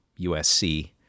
USC